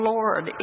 Lord